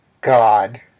God